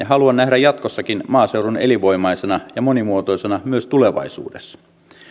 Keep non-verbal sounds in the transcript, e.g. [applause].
[unintelligible] haluan nähdä jatkossakin maaseudun elinvoimaisena ja monimuotoisena myös tulevaisuudessa